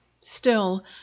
Still